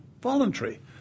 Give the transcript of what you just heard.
voluntary